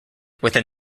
within